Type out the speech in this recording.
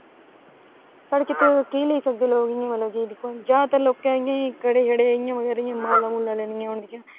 साढ़े इत्थै केह् लेई सकदे लोक इ्त्थे दिक्खो हां ज्यादा तर लोक इत्थै केहडे़ जेहडे़ इयां जेहडे़ माला बगैरा लेनियां हून